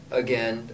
again